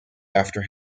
after